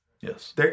Yes